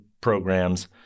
programs